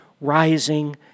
rising